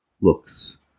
looks